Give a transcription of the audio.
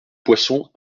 poissons